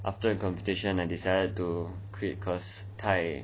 after a competition I decided to quit cause 太